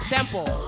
Temple